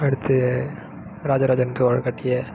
அடுத்து ராஜராஜன் சோழன் கட்டிய